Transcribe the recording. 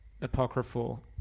apocryphal